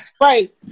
Right